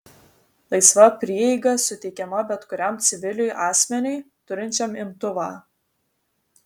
laisva prieiga suteikiama bet kuriam civiliui asmeniui turinčiam imtuvą